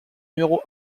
numéro